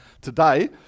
today